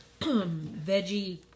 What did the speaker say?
veggie